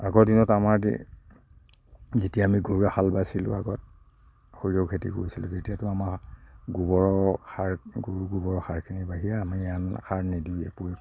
আগৰ দিনত আমাৰ যেতিয়া আমি গৰুৱে হাল বাইছিলোঁ আগত সৰিয়হ খেতি কৰিছিলো তেতিয়াটো আমাৰ গোবৰৰ সাৰ গৰুৰ গোবৰ সাৰখিনিৰ বাহিৰে আমি আন সাৰ নিদিওৱেই প্ৰয়োগ নকৰোৱেই